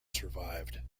survived